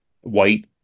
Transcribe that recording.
white